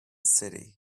city